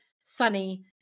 sunny